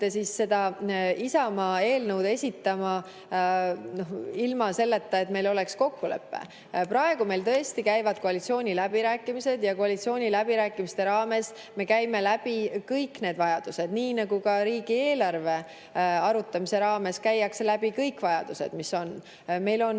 läksite seda Isamaa eelnõu esitama ilma selleta, et meil oleks olnud kokkulepe. Praegu meil tõesti käivad koalitsiooniläbirääkimised ja koalitsiooniläbirääkimiste raames me käime läbi kõik need vajadused, nii nagu ka riigieelarve arutamise raames käiakse läbi kõik vajadused. Meil on